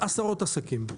עשרות עסקים.